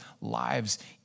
lives